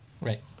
Right